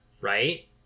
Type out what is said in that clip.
right